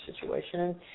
situation